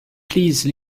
please